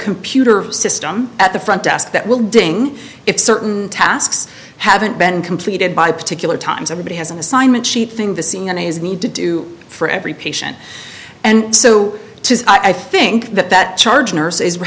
computer system at the front desk that will doing if certain tasks haven't been completed by particular times everybody has an assignment sheet thing the scene is need to do for every patient and so i think that that charge nurses were